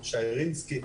שי רינסקי,